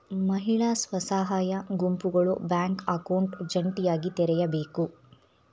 ಮಹಿಳಾ ಸ್ವಸಹಾಯ ಗುಂಪುಗಳು ಬ್ಯಾಂಕ್ ಅಕೌಂಟ್ ಜಂಟಿಯಾಗಿ ತೆರೆಯಬೇಕು